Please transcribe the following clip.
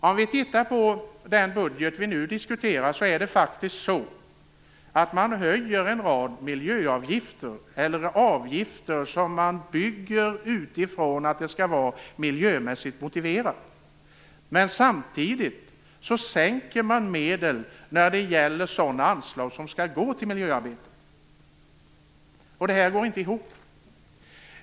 Om vi tittar på den budget vi nu diskuterar höjer man faktiskt en rad miljöavgifter, eller avgifter som bygger på att de skall vara miljömässigt motiverade. Samtidigt sänker man sådana anslag som skall gå till miljöarbete. Det här går inte ihop.